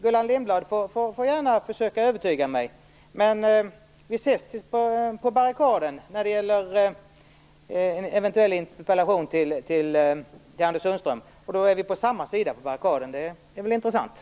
Gullan Lindblad får gärna försöka övertyga mig, men vi ses på barrikaderna när det gäller en eventuell interpellation till Anders Sundström. Det intressanta är att vi då är på samma sida om barrikaderna.